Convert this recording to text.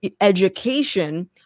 education